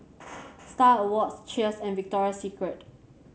Star Awards Cheers and Victoria Secret